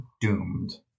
doomed